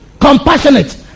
compassionate